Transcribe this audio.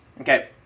okay